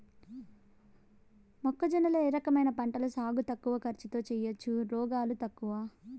మొక్కజొన్న లో ఏ రకమైన పంటల సాగు తక్కువ ఖర్చుతో చేయచ్చు, రోగాలు తక్కువ?